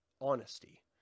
honesty